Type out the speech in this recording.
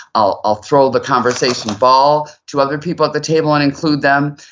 i'll throw the conversation ball to other people at the table and include them.